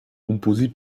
composé